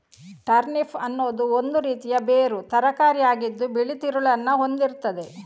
turnip ಅನ್ನುದು ಒಂದು ರೀತಿಯ ಬೇರು ತರಕಾರಿ ಆಗಿದ್ದು ಬಿಳಿ ತಿರುಳನ್ನ ಹೊಂದಿರ್ತದೆ